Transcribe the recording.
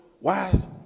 wise